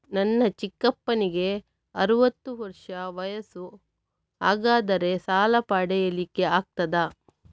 ನನ್ನ ಚಿಕ್ಕಪ್ಪನಿಗೆ ಅರವತ್ತು ವರ್ಷ ವಯಸ್ಸು, ಹಾಗಾದರೆ ಸಾಲ ಪಡೆಲಿಕ್ಕೆ ಆಗ್ತದ?